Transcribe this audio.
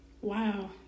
wow